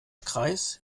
kreis